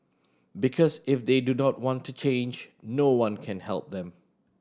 because if they do not want to change no one can help them